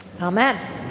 Amen